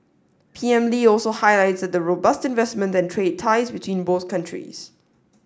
P M Lee also highlighted the robust investment and trade ties between both countries